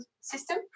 system